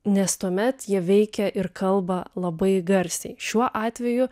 nes tuomet jie veikia ir kalba labai garsiai šiuo atveju